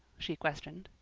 she questioned.